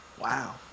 Wow